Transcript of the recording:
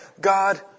God